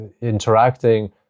interacting